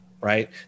right